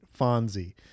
Fonzie